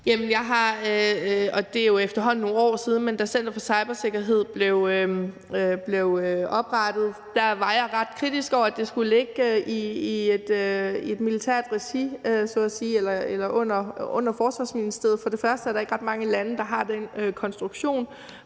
Bech-Nielsen (SF): Det er jo efterhånden nogle år siden, men da Center for Cybersikkerhed blev oprettet, var jeg ret kritisk over for, at det skulle ligge i et militært regi så at sige, under Forsvarsministeriet. For det første er der ikke ret mange lande, der har den konstruktion.